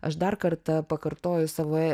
aš dar kartą pakartoju savo